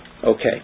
Okay